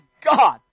God